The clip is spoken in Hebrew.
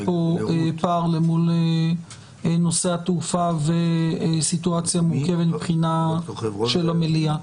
כאן פער למול נושא התעופה וסיטואציה מורכבת מבחינת המליאה.